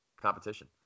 competition